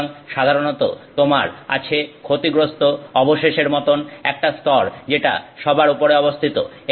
সুতরাং সাধারণত তোমার আছে ক্ষতিগ্রস্ত অবশেষের মতন একটা স্তর যেটা সবার উপরে অবস্থিত